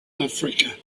africa